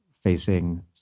facing